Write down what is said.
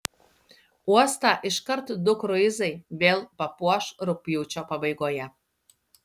uostą iškart du kruizai vėl papuoš rugpjūčio pabaigoje